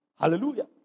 Hallelujah